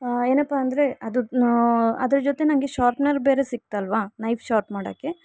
ಏನಪ್ಪಾ ಅಂದರೆ ಅದು ಅದ್ರ ಜೊತೆ ನಂಗೆ ಶಾರ್ಪ್ನರ್ ಬೇರೆ ಸಿಕ್ತಲ್ವಾ ನೈಫ್ ಶಾರ್ಪ್ ಮಾಡೋಕೆ